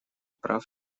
прав